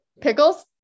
Pickles